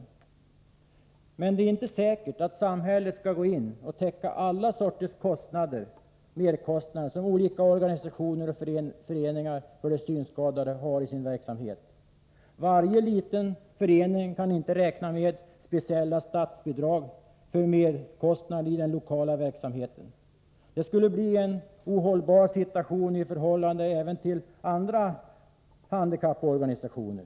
Det är emellertid inte säkert att samhället skall täcka alla merkostnader som olika organisationer och föreningar för de synskadade har i sin verksamhet. Varje liten förening kan inte räkna med.speciella statsbidrag för merkostnaderna i den lokala verksamheten. Det skulle bli en ohållbar situation i förhållande till andra handikapporganisationer.